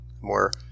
more